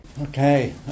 Okay